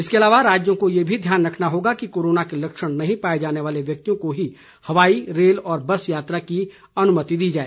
इसके अलावा राज्यों को यह भी ध्यान रखना होगा कि कोरोना के लक्षण नहीं पाए जाने वाले व्यक्तियों को ही हवाई रेल और बस यात्रा की अनुमति दी जाए